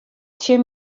tsjin